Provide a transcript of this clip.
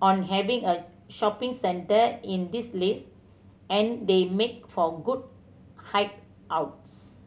on having a shopping centre in this list and they make for good hide outs